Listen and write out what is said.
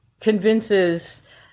convinces